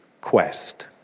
quest